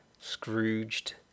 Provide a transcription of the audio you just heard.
Scrooged